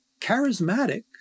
charismatic